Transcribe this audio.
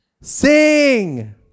Sing